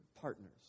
Partners